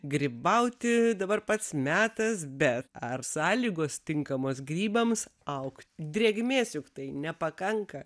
grybauti dabar pats metas bet ar sąlygos tinkamos grybams aug drėgmės juk tai nepakanka